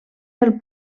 del